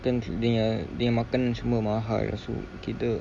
kan dia punya dia punya makan semua mahal so kita